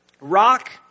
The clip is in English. rock